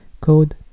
Code